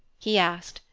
he asked,